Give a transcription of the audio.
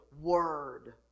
word